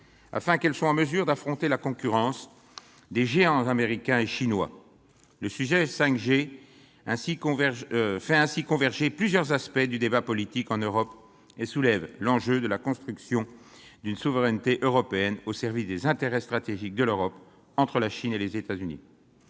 -pour leur permettre d'affronter la concurrence des géants américains et chinois. Le sujet de la 5G fait ainsi converger plusieurs aspects du débat politique en Europe et soulève l'enjeu de la construction d'une souveraineté européenne au service des intérêts stratégiques de l'Europe entre la Chine et les États-Unis.